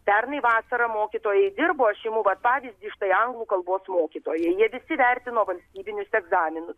pernai vasarą mokytojai dirbo aš imu vat pavyzdį štai anglų kalbos mokytojai jie visi vertino valstybinius egzaminus